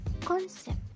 concept